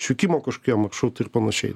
išvykimo kažkokie maršrutai ir panašiai